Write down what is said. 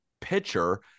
pitcher